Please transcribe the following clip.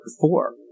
Four